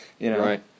Right